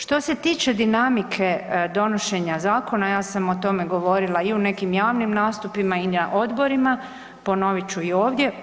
Što se tiče dinamike donošenja zakona, ja sam o tome govorila i u nekim javnim nastupima i na odborima, ponovit ću i ovdje.